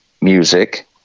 music